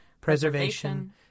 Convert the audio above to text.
preservation